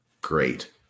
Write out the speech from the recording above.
great